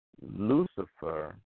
Lucifer